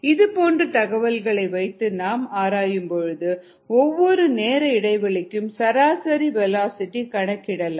இதுபோன்ற தகவல்களை வைத்து நாம் ஆராயும்பொழுது ஒவ்வொரு நேர இடைவெளிக்கும் சராசரி வேலாசிட்டி கணக்கிடலாம்